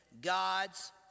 God's